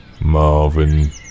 Marvin